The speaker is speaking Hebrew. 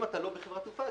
אם אתה לא בחברת תעופה,